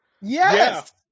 yes